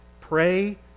Pray